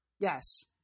Yes